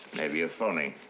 maybe a phony.